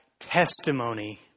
Testimony